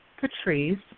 Patrice